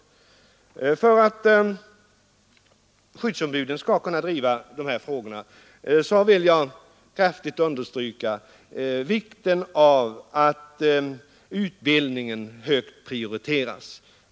För att skyddsombuden skall kunna driva dessa frågor är det viktigt — det vill jag kraftigt understryka — att utbildningen prioriteras.